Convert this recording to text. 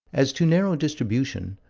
as to narrow distribution,